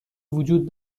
وجود